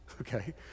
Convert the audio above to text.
Okay